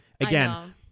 again